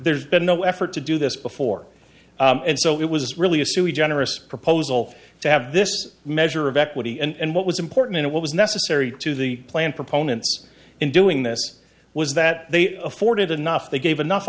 there's been no effort to do this before and so it was really a sui generous proposal to have this measure of equity and what was important and what was necessary to the plan proponents in doing this was that they afforded enough they gave enough